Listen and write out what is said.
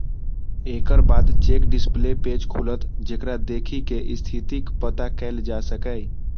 एकर बाद check display page खुलत, जेकरा देखि कें स्थितिक पता कैल जा सकैए